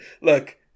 look